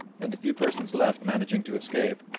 and the few persons left managing to escape,